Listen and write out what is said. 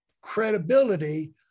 credibility